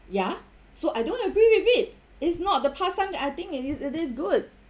ya so I don't agree with it it's not the pastime that I think it is it is good